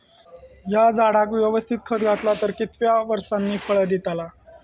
हया झाडाक यवस्तित खत घातला तर कितक्या वरसांनी फळा दीताला?